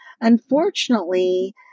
Unfortunately